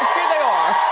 they are!